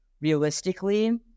realistically